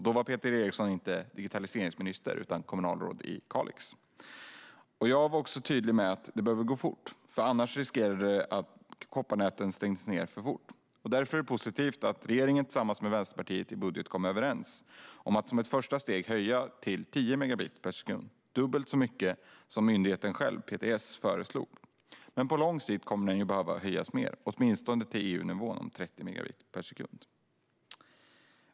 Då var Peter Eriksson inte digitaliseringsminister utan kommunalråd i Kalix. Jag var också tydlig med att det behövde gå fort - annars skulle vi löpa risken att kopparnätet stängs ned för snabbt. Det var därför positivt att regeringen och Vänsterpartiet i budgeten kom överens om att som ett första steg höja nivån till 10 megabit per sekund, det vill säga dubbelt så mycket som myndigheten själv, PTS, föreslog. På lång sikt kommer nivån dock att behöva höjas mer, åtminstone till EU-nivån om 30 megabit per sekund.